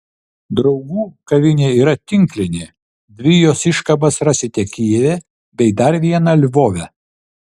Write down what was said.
draugų kavinė yra tinklinė dvi jos iškabas rasite kijeve bei dar vieną lvove